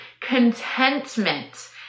contentment